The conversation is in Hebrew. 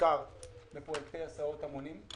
בעיקר בפרוייקטי הסעות המונים.